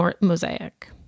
mosaic